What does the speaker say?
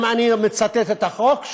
אם אני מצטט את החוק,